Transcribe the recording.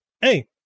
Hey